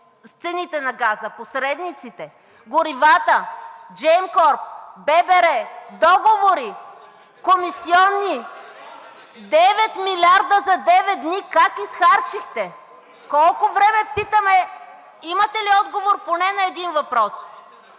с цените на газа, посредниците, горивата, Gemcorp, ББР, договори, комисиони. Девет милиарда за девет дни как изхарчихте? Колко време питаме имате ли отговор поне на един въпрос?